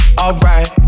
alright